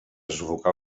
sufocar